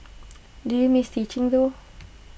do you miss teaching though